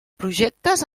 projectes